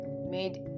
made